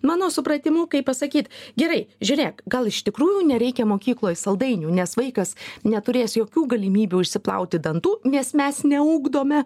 mano supratimu kaip pasakyt gerai žiūrėk gal iš tikrųjų nereikia mokykloj saldainių nes vaikas neturės jokių galimybių išsiplauti dantų nes mes neugdome